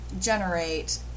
generate